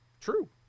true